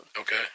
Okay